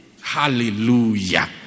hallelujah